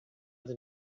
than